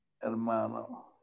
hermano